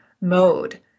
mode